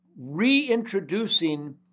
reintroducing